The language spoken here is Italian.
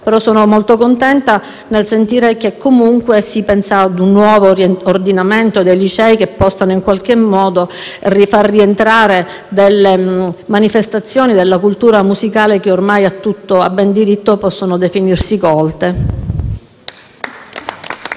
comunque molto contenta di sentire che si pensa ad un nuovo ordinamento dei licei che possa in qualche modo far rientrare manifestazioni della cultura musicale che ormai a ben diritto possono definirsi colte.